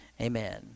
Amen